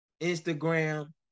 Instagram